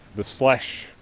the slash,